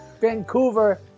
Vancouver